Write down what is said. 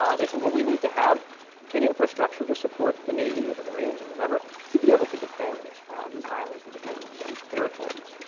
um they said well, we need to have an infrastructure to support the navy, ah the marines, whoever to be able to defend these islands, to defend these territories.